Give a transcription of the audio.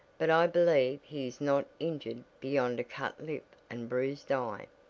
but i believe he is not injured beyond a cut lip and bruised eye.